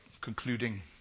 concluding